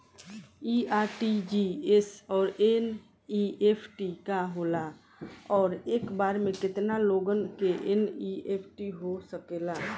इ आर.टी.जी.एस और एन.ई.एफ.टी का होला और एक बार में केतना लोगन के एन.ई.एफ.टी हो सकेला?